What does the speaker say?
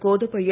Gotabaya